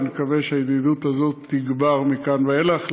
ואני מקווה שהידידות הזו תגבר מכאן ואילך.